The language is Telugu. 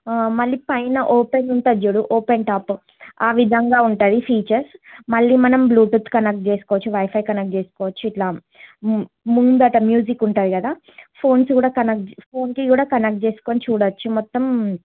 మళ్ళీ పైన ఓపెన్ ఉంటుంది చూడు ఓపెన్ టాప్ ఆ విధంగా ఉంటుంది ఫీచర్స్ మళ్ళీ మనం బ్లూటూత్ కనెక్ట్ చేసుకోవచ్చు వైఫై కనెక్ట్ చేసుకోవచ్చు ఇలా ముందట మ్యూజిక్ ఉంటుంది కదా ఫోన్స్ కూడా కనెక్ ఫోన్కి కూడా కనెక్ట్ చేసుకుని చూడవచ్చు మొత్తం